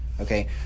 Okay